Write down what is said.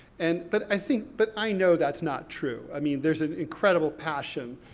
and but, i think but, i know that's not true. i mean, there's an incredible passion,